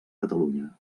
catalunya